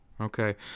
Okay